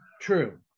true